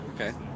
Okay